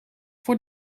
voor